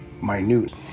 minute